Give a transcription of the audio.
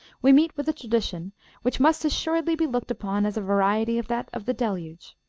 we meet with a tradition which must assuredly be looked upon as a variety of that of the deluge,